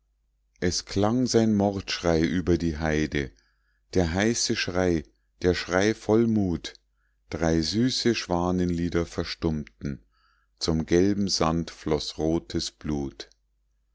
es klang sein mordgeschrei über die heide der heiße schrei der schrei voll mut drei süße schwanenlieder verstummten zum gelben sand floß rotes blut